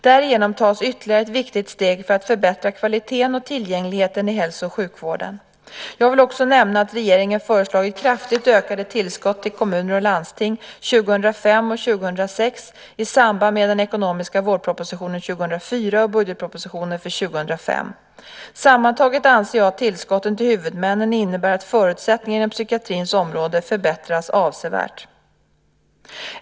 Därigenom tas ytterligare ett viktigt steg för att förbättra kvaliteten och tillgängligheten i hälso och sjukvården. Jag vill också nämna att regeringen föreslagit kraftigt ökade tillskott till kommuner och landsting 2005 och 2006 i samband med den ekonomiska vårpropositionen 2004 och budgetpropositionen för 2005. Sammantaget anser jag att tillskotten till huvudmännen innebär att förutsättningarna inom psykiatrins område förbättras avsevärt.